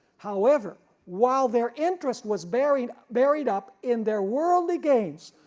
however while their interest was buried buried up in their worldly gains,